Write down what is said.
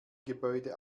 gebäude